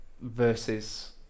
versus